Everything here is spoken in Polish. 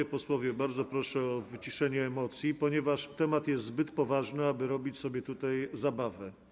Panowie posłowie, bardzo proszę o wyciszenie emocji, ponieważ temat jest zbyt poważny, aby robić sobie zabawę.